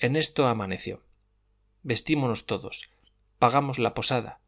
en esto amaneció vestímonos todos pagamos la posada